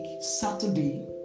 Saturday